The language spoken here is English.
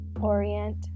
Orient